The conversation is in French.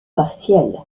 partiel